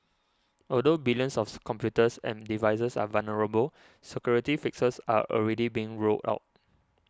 although billions of computers and devices are vulnerable security fixes are already being rolled out